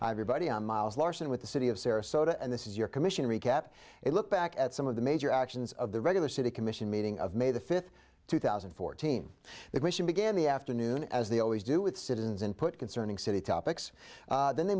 everybody on miles larson with the city of sarasota and this is your commission recap a look back at some of the major actions of the regular city commission meeting of may the fifth two thousand and fourteen the question began the afternoon as they always do with citizens and put concerning city topics then they